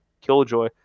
Killjoy